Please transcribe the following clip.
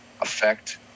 affect